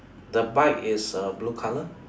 the bike is uh blue colour